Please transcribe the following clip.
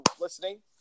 listening